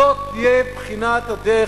זאת תהיה בחינת הדרך,